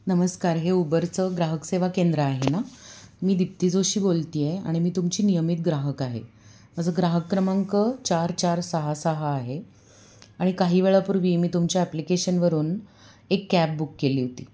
नमस्कार हे उबरचं ग्राहकसेवा केंद्र आहे ना मी दिप्ती जोशी बोलते आहे आणि मी तुमची नियमित ग्राहक आहे माझं ग्राहक क्रमांक चार चार सहा सहा आहे आणि काही वेळापूर्वी मी तुमच्या ॲप्लिकेशनवरून एक कॅब बुक केली होती